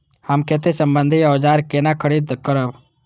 हम खेती सम्बन्धी औजार केना खरीद करब?